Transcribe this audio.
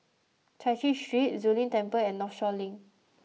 Chai Chee Street Zu Lin Temple and Northshore Link